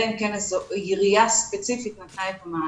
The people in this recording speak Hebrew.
אלא אם כן עירייה ספציפית נתנה מענה.